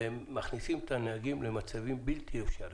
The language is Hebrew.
והם מכניסים את הנהגים למצבים בלתי אפשריים,